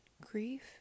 grief